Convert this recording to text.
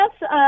Yes